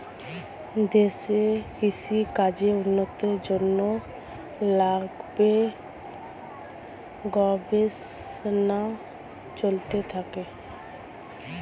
দেশে কৃষি কাজের উন্নতির জন্যে ল্যাবে গবেষণা চলতে থাকে